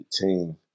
team